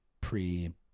pre